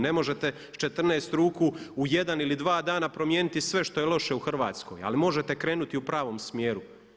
Ne možete s 14 ruku u jedan ili dva dana promijeniti sve što je loše u Hrvatskoj ali možete krenuti u pravom smjeru.